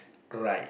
cry